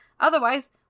Otherwise